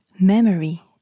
memory